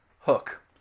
hook